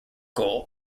goal